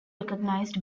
recognized